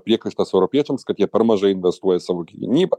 priekaištas europiečiams kad jie per mažai investuoja savo gynybą